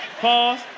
pause